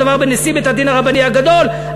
אותו דבר בנשיא בית-הדין הרבני הגדול,